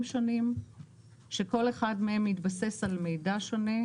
שונים שכל אחד מהם מתבסס על מידע שונה,